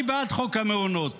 אני בעד חוק המעונות,